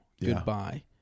Goodbye